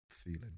feeling